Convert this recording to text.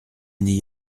n’y